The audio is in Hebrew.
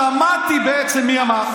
שמעתי בעצם מי אמר,